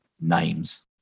names